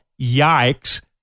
Yikes